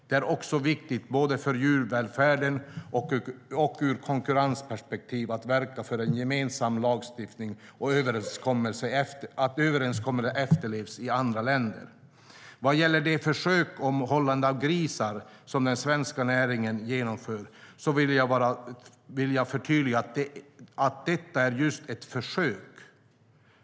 Det är också viktigt, både för djurvälfärden och ur konkurrensperspektiv, att verka för att gemensam lagstiftning och överenskommelser efterlevs i andra länder. Vad gäller det försök om hållande av grisar som den svenska näringen genomfört vill jag förtydliga att detta är just ett försök.